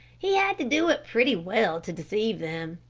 he had to do it pretty well to deceive them.